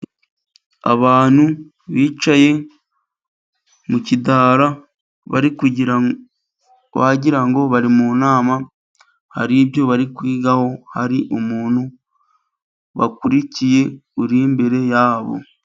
Abantu bicaye mu kidara bari kugira, wagira ngo bari mu nama hari ibyo bari kwigaho, hari umuntu bakurikiye uri imbere yabo.